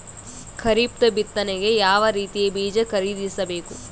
ಖರೀಪದ ಬಿತ್ತನೆಗೆ ಯಾವ್ ರೀತಿಯ ಬೀಜ ಖರೀದಿಸ ಬೇಕು?